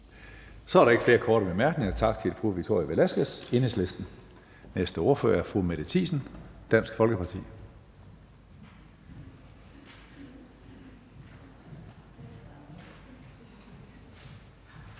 Så er der ikke flere korte bemærkninger. Tak til fru Victoria Velasquez, Enhedslisten. Næste ordfører er fru Mette Thiesen, Dansk Folkeparti.